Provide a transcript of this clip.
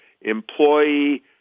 employee